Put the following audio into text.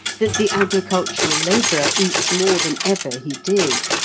that the agricultural labourer eats more than ever he did,